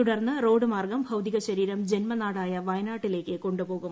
തുടർന്ന് റോഡു മാർഗം ഭൌതികശരീരം ജന്മനാടായ വയനാട്ടിലേക്ക് കൊണ്ടുപോകും